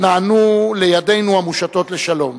נענו לידינו המושטות לשלום.